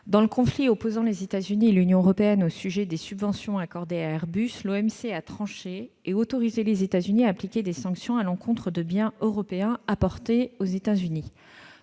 dans le conflit opposant les États-Unis et l'Union européenne au sujet des subventions accordées à Airbus, l'OMC a tranché et autorisé les États-Unis à appliquer des sanctions à l'encontre de biens européens importés sur leur